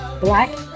Black